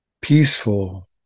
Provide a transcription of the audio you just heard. peaceful